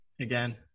again